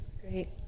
Great